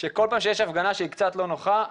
שכל פעם שיש הפגנה שהיא קצת לא נוחה,